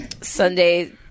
Sunday